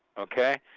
ok?